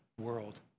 world